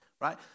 right